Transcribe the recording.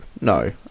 no